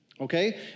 Okay